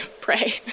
pray